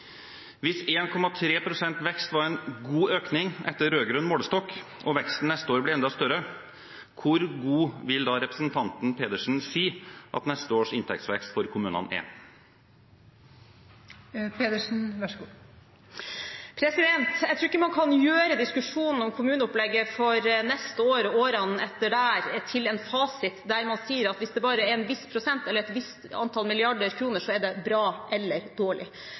Hvis 1,3 pst. vekst var en god økning etter rød-grønn målestokk, og veksten neste år blir enda større, hvor god vil da representanten Pedersen si at neste års inntektsvekst for kommunene er? Jeg tror ikke man kan gjøre diskusjonen om kommuneopplegget for neste år og årene etter der til en fasit der man sier at hvis det bare er en viss prosent eller et visst antall milliarder kroner, så er det bra eller dårlig.